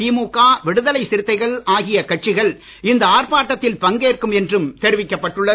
திமுக விடுதலை சிறுத்தைகள் ஆகிய கட்சிகள் இந்த ஆர்ப்பாட்டத்தில் பங்கேற்கும் என்றும் தெரிவிக்கப் பட்டுள்ளது